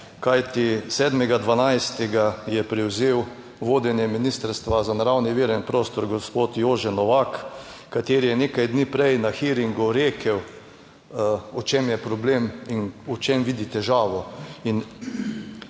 kajti 7. 12. je prevzel vodenje Ministrstva za naravne vire in prostor gospod Jože Novak, kateri je nekaj dni prej na hearingu rekel, v čem je problem in v čem vidi težavo,